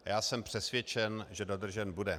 A já jsem přesvědčen, že dodržen bude.